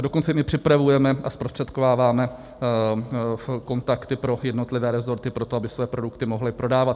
Dokonce my připravujeme a zprostředkováváme kontakty pro jednotlivé rezorty pro to, aby své produkty mohly prodávat.